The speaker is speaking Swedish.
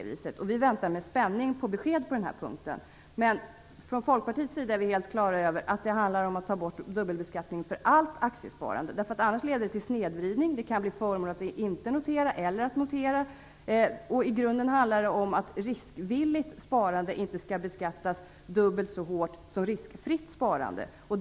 Vi väntar med spänning på besked på den här punkten. Men från Folkpartiets sida är vi helt på det klara med att det handlar om att ta bort dubbelbeskattning för allt aktiesparande. Annars leder det till snedvridning. Det kan bli förmånligt att notera eller att inte notera. I grunden handlar det om att riskvilligt sparande inte skall beskattas dubbelt så hårt som riskfritt sparande.